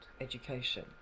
education